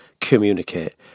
communicate